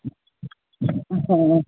हाँ